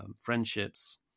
friendships